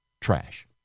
Trash